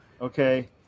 Okay